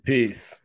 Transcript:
Peace